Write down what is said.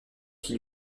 qui